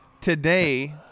today